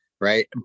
right